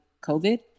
COVID